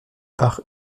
par